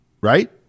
right